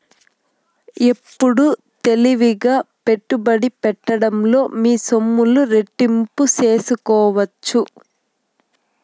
ఎప్పుడు తెలివిగా పెట్టుబడి పెట్టడంలో మీ సొమ్ములు రెట్టింపు సేసుకోవచ్చు